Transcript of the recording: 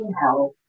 health